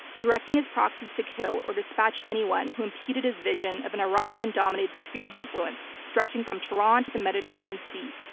directing his proxies to kill or dispatch anyone who impeded his vision of an iranian dominates fear of influence stretching from tehran to the mediterranean sea.